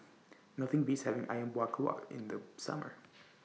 Nothing Beats having Ayam Buah Keluak in The Summer